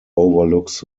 overlooks